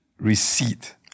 receipt